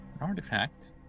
artifact